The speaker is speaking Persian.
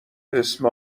اسم